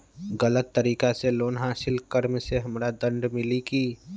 गलत तरीका से लोन हासिल कर्म मे हमरा दंड मिली कि?